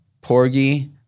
Porgy